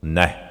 Ne!